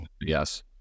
Yes